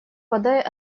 подай